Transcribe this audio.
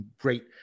great